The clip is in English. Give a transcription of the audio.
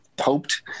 hoped